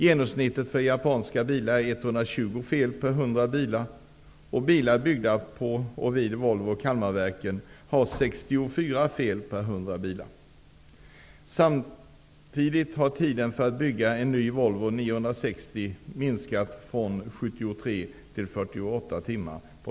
Genomsnittet för japanska bilar är 120 fel per 100 bilar. Bilar byggda vid Volvo Kalmarverken har 64 fel per 100 Samtidigt har tiden för att bygga en ny Volvo 960 Herr talman!